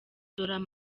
dore